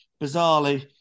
Bizarrely